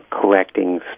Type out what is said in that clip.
collecting